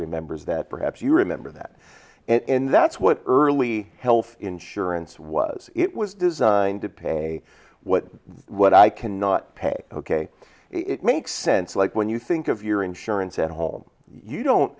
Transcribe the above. remembers that perhaps you remember that and that's what early health insurance was it was designed to pay what what i cannot pay ok it makes sense like when you think of your insurance at home you don't